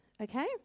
okay